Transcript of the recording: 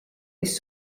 kes